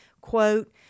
quote